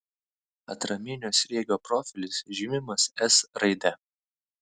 atraminio sriegio profilis žymimas s raide